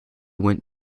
went